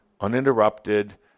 uninterrupted